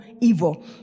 evil